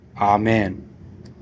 Amen